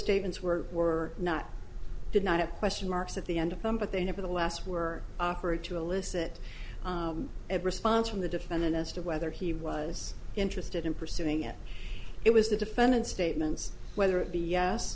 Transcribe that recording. statements were were not did not question marks at the end of them but they nevertheless were offered to elicit a response from the defendant as to whether he was interested in pursuing it it was the defendant's statements whether it be yes